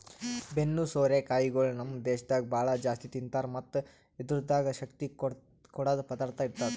ಬೆನ್ನು ಸೋರೆ ಕಾಯಿಗೊಳ್ ನಮ್ ದೇಶದಾಗ್ ಭಾಳ ಜಾಸ್ತಿ ತಿಂತಾರ್ ಮತ್ತ್ ಇದುರ್ದಾಗ್ ಶಕ್ತಿ ಕೊಡದ್ ಪದಾರ್ಥ ಇರ್ತದ